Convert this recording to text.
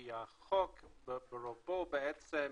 כי החוק ברובו בעצם